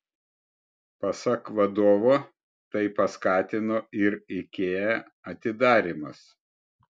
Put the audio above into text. pasak vadovo tai paskatino ir ikea atidarymas